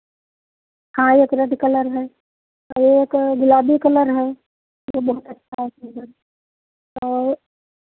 हाँ एक red colour है और एक ग़ुलाबी कलर है ये बहुत अच्छा फूल है और